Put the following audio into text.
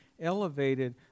elevated